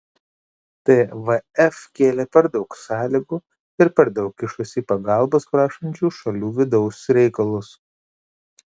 tvf kėlė per daug sąlygų ir per daug kišosi į pagalbos prašančių šalių vidaus reikalus